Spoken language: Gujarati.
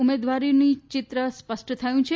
ઉમેદવારોનું ચિત્ર સ્પષ્ટ થયું છે